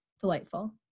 delightful